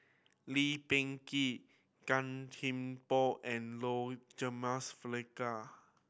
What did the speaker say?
Lee Peh Gee Gan Thiam Poh and Low Jimenez Felicia